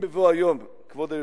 אם בבוא היום, כבוד היושב-ראש,